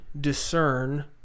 discern